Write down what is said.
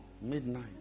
midnight